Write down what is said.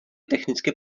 technické